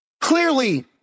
Clearly